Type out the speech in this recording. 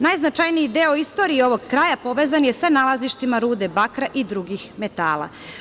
Najznačajniji deo istorije ovog kraja povezan je sa nalazištima rude bakra i drugih metala.